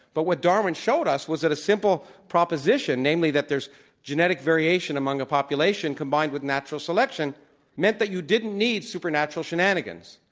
but what darwin showed us was that a simple proposition, namely that there's genetic variation among a population combined with natural selection meant that you didn't need supernatural shenanigans,